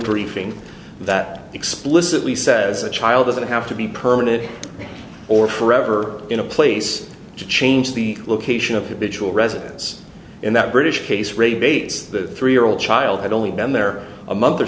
thing that explicitly says a child doesn't have to be permanent or forever in a place to change the location of habitual residence in that british case ray bates the three year old child had only been there a month or